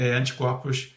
anticorpos